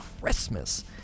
Christmas